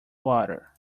water